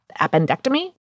appendectomy